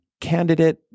candidate